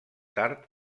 tard